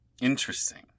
Interesting